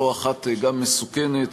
לא אחת גם מסוכנת,